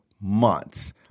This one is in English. months